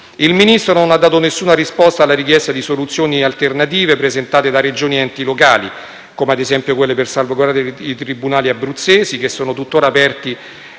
Il Ministro non ha dato alcuna risposta alla richiesta di soluzioni alternative presentate da Regioni ed enti locali, come ad esempio quelle per salvaguardare i tribunali abruzzesi, che sono tuttora aperti